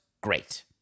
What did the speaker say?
great